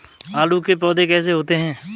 आलू के पौधे कैसे होते हैं?